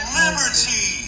liberty